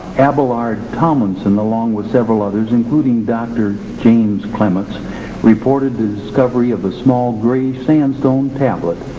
abelard tomlinson along with several others including dr. james clements reported the discovery of a small greyish sandstone tablet.